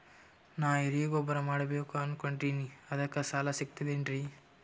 ನಾ ಎರಿಗೊಬ್ಬರ ಮಾಡಬೇಕು ಅನಕೊಂಡಿನ್ರಿ ಅದಕ ಸಾಲಾ ಸಿಗ್ತದೇನ್ರಿ?